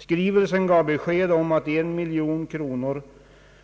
Skrivelsen gav besked om att en miljon kronor